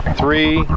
three